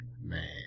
Man